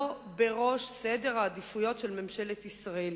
לא בראש סדר העדיפויות של ממשלת ישראל.